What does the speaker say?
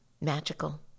magical